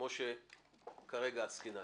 כמו שכרגע עסקינן.